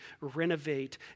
renovate